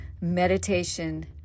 Meditation